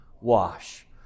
wash